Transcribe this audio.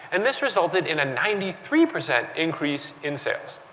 and this resulted in a ninety three percent increase in sales.